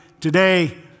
today